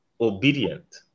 obedient